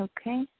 Okay